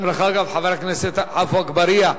דרך אגב, חבר הכנסת עפו אגבאריה,